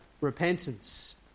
repentance